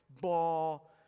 ball